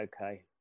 okay